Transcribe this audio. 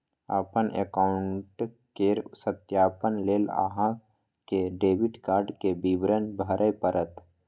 अपन एकाउंट केर सत्यापन लेल अहां कें डेबिट कार्ड के विवरण भरय पड़त